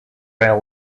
rail